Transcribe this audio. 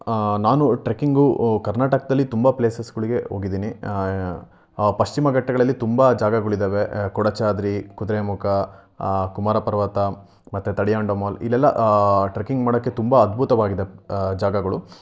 ನಾನು ಟ್ರೆಕ್ಕಿಂಗು ಕರ್ನಾಟಕದಲ್ಲಿ ತುಂಬ ಪ್ಲೇಸಸ್ಗಳಿಗೆ ಹೋಗಿದೀನಿ ಪಶ್ಚಿಮ ಘಟ್ಟಗಳಲ್ಲಿ ತುಂಬ ಜಾಗಗಳಿದಾವೆ ಕೊಡಚಾದ್ರಿ ಕುದುರೆಮುಖ ಕುಮಾರ ಪರ್ವತ ಮತ್ತು ತಡಿಯಾಂಡಮೋಲ್ ಇಲ್ಲೆಲ್ಲ ಟ್ರೆಕ್ಕಿಂಗ್ ಮಾಡೋಕ್ಕೆ ತುಂಬ ಅದ್ಭುತವಾಗಿದೆ ಜಾಗಗಳು